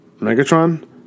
Megatron